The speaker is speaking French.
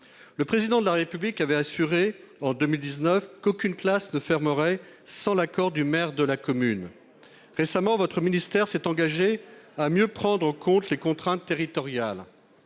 Le Président de la République avait assuré, en 2019, qu'aucune classe ne fermerait sans l'accord du maire de la commune. Récemment, votre ministère s'est engagé à mieux prendre en compte les contraintes territoriales.